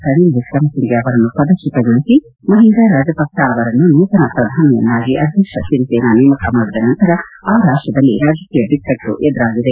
Ranil Wickremesinghe ಅವರನ್ನು ಪದಚ್ಚುತಗೊಳಿಸಿ ಮಹಿಂದಾ ರಾಜಪಕ್ಪ ಅವರನ್ನು ನೂತನ ಪ್ರಧಾನಿಯನ್ನಾಗಿ ಅಧ್ಯಕ್ಷ ಸಿರಿಸೇನಾ ನೇಮಕ ಮಾಡಿದ ನಂತರ ಆ ರಾಷ್ಟದಲ್ಲಿ ರಾಜಕೀಯ ಬಿಕ್ಕ ಟ್ಟು ಎದುರಾಗಿದೆ